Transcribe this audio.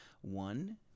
One